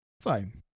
fine